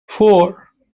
four